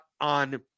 on